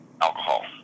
alcohol